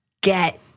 get